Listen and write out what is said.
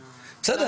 המהות,